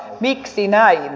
miksi näin